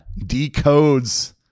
decodes